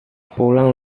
pulang